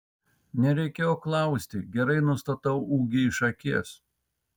nereikėjo klausti gerai nustatau ūgį iš akies